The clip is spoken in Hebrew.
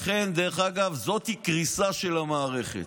לכן, זאת קריסה של המערכת.